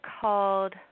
called